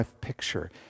picture